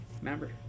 Remember